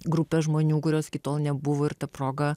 grupe žmonių kurios iki tol nebuvo ir ta proga